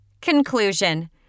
conclusion